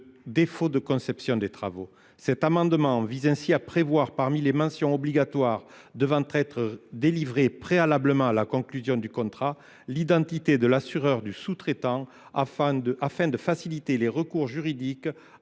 défaut de conception des travaux. Cet amendement vise ainsi à prévoir, parmi les mentions obligatoires devant être délivrées préalablement à la conclusion du contrat, l'identité de l'assureur du sous-traitant afin de faciliter les recours juridiques